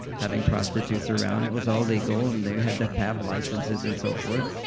having prostitutes around it was all legal. and they had to have licenses and so forth.